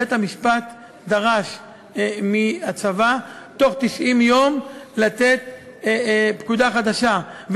בית-המשפט דרש מהצבא לתת פקודה חדשה בתוך 90 יום,